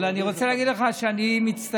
אבל אני רוצה להגיד לך שאני מצטער,